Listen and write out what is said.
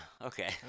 Okay